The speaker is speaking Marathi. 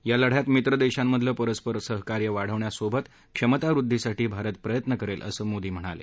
या लढ्यात मित्र देशांमधलं परस्पर सहकार्य वाढवण्यासोबत क्षमतावृद्वीसाठी भारत प्रयत्न करेल असं मोदी म्हणाले